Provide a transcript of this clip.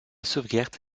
sauvegarde